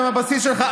הם הבסיס שלך.